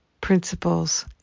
principles